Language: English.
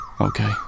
Okay